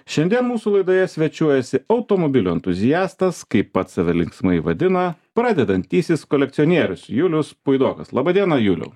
šiandien mūsų laidoje svečiuojasi automobilių entuziastas kaip pats save linksmai vadina pradedantysis kolekcionierius julius puidokas laba diena juliau